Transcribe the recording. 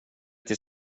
till